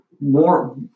More